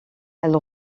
elle